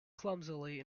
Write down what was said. clumsily